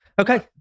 Okay